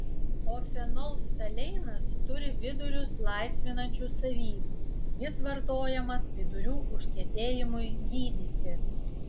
o fenolftaleinas turi vidurius laisvinančių savybių jis vartojamas vidurių užkietėjimui gydyti